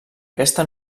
aquesta